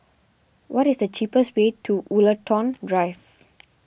what is the cheapest way to Woollerton Drive